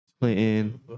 Clinton